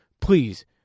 Please